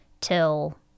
till